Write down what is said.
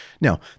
Now